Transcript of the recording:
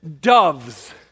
doves